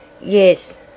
Yes